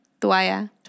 Tuaya